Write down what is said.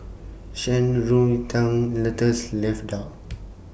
Shan Rui Tang Lotus Leaf Duck